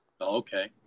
Okay